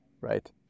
right